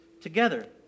together